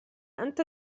أنت